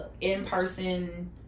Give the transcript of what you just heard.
in-person